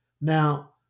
Now